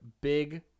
big